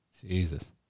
Jesus